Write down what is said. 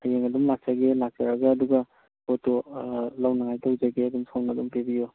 ꯍꯌꯦꯡ ꯑꯗꯨꯝ ꯂꯥꯛꯆꯒꯦ ꯂꯥꯛꯆꯔꯒ ꯑꯗꯨꯒ ꯄꯣꯠꯇꯣ ꯂꯧꯅꯉꯥꯏ ꯇꯧꯖꯒꯦ ꯑꯗꯨꯝ ꯁꯣꯝꯅ ꯑꯗꯨꯝ ꯄꯤꯕꯤꯌꯣ